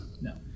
No